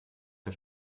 der